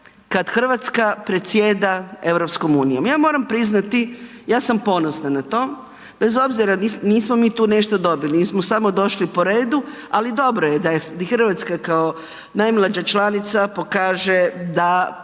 kad Hrvatska predsjeda EU-om. Ja moram priznati, ja sam ponosna na to, bez obzira, nismo mi tu nešto dobili, mi smo samo došli po redu, ali dobro je da je Hrvatska kao najmlađa članica pokaže da